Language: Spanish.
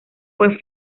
fue